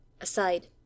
Aside